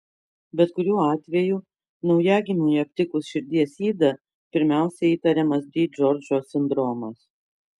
bet kuriuo atveju naujagimiui aptikus širdies ydą pirmiausia įtariamas di džordžo sindromas